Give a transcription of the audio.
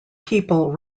people